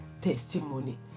testimony